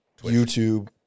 YouTube